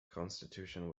constitution